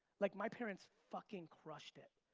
like my parents fucking crushed it.